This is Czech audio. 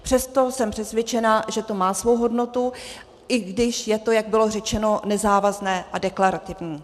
Přesto jsem přesvědčena, že to má svou hodnotu, i když je to, jak bylo řečeno, nezávazné a deklarativní.